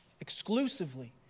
exclusively